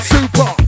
Super